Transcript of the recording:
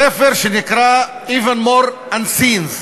ספר שנקרא Even More Unseens,